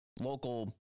local